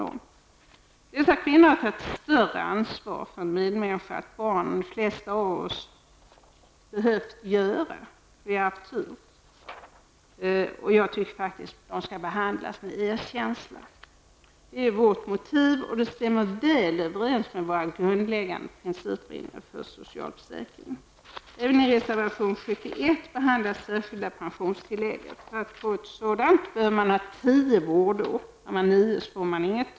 Dessa kvinnor som har tagit ett större ansvar för en medmänniska, ett barn, än de flesta av oss andra som har haft tur behövt göra bör faktiskt behandlas med erkänsla. Det är vårt motiv och det stämmer väl överens med våra grundläggande principer för socialförsäkringen. Även i reservation 71 behandlas det särskilda pensionstillägget. För att få ett sådant behöver man ha tio vårdår. Nio ger inget.